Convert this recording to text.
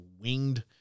winged